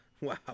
Wow